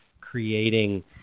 creating